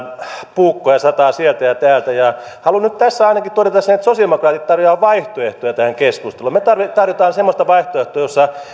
puukkoja sataa sieltä ja täältä haluan nyt tässä ainakin todeta sen että sosialidemokraatit tarjoavat vaihtoehtoja tähän keskusteluun me tarjoamme semmoista vaihtoehtoa jossa